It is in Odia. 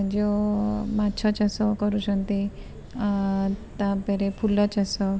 ଯୋଉ ମାଛ ଚାଷ କରୁଛନ୍ତି ତା'ପରେ ଫୁଲ ଚାଷ